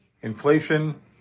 Inflation